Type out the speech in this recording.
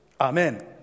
Amen